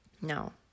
No